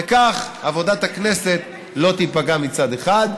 וכך עבודת הכנסת לא תיפגע, מצד אחד,